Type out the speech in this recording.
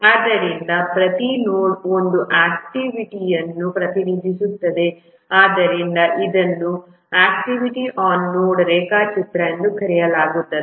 ಆದ್ದರಿಂದ ಪ್ರತಿ ನೋಡ್ ಒಂದು ಆಕ್ಟಿವಿಟಿಯನ್ನು ಪ್ರತಿನಿಧಿಸುತ್ತದೆ ಆದ್ದರಿಂದ ಇದನ್ನು ಆಕ್ಟಿವಿಟಿ ಆನ್ ನೋಡ್ ರೇಖಾಚಿತ್ರ ಎಂದು ಕರೆಯಲಾಗುತ್ತದೆ